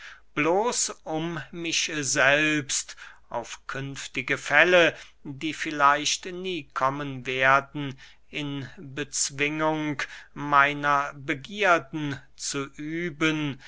bloß um mich selbst auf künftige fälle die vielleicht nie kommen werden in bezwingung meiner begierden zu üben